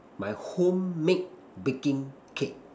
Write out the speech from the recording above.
my home made baking cake